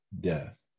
death